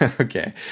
Okay